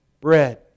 bread